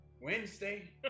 Wednesday